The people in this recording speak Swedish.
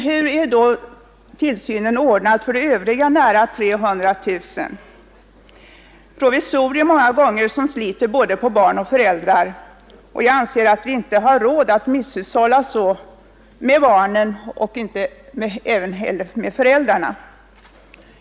Hur är då tillsynen ordnad för övriga nära 300 000? Många gånger är det provisorier, som sliter på både barn och föräldrar. Jag anser att vi inte har råd att misshushålla så med barnen och inte heller med föräldrarna.